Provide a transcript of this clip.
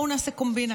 בואו נעשה קומבינה,